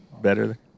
better